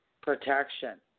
Protection